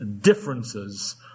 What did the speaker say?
differences